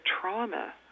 trauma